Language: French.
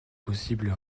possible